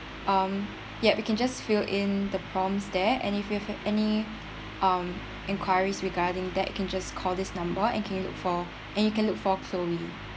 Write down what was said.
um ya we can just fill in the prompts there and if you have any um enquiries regarding that you can just call this number and can you look for and you can look for chloe